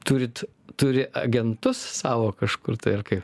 turit turi agentus savo kažkur tai ar kaip